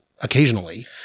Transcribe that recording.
occasionally